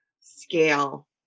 scale